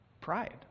Pride